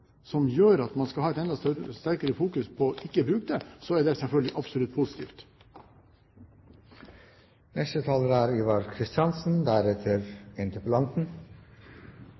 som gjør at man skal fokusere enda mer på å ikke bruke det, er det selvfølgelig absolutt positivt. Utarmet uran er